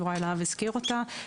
יוראי להב הזכיר אותה.